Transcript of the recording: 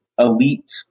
elite